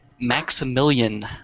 Maximilian